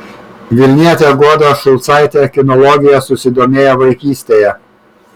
vilnietė goda šulcaitė kinologija susidomėjo vaikystėje